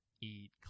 eat